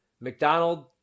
McDonald